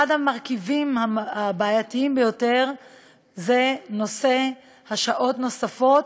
אחד המרכיבים הבעייתיים ביותר זה נושא השעות הנוספות,